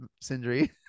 Sindri